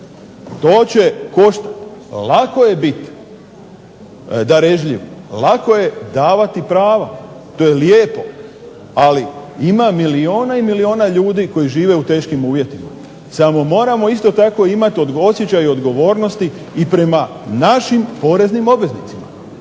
To će koštati. Lako je bit darežljiv, lako je davati prava. To je lijepo. Ali ima milijuna i milijuna ljudi koji žive u teškim uvjetima samo moramo isto tako imati osjećaj odgovornosti i prema našim poreznim obveznicima.